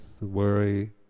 worry